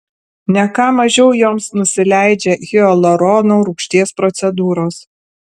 ne ką mažiau joms nusileidžia hialurono rūgšties procedūros